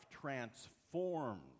transformed